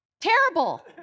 terrible